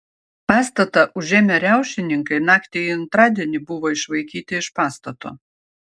pastatą užėmę riaušininkai naktį į antradienį buvo išvaikyti iš pastato